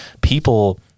people